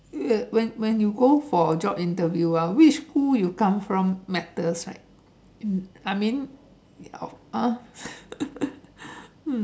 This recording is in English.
wait when when you go for job interview ah which school you come from matters right I mean ya uh